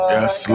Yes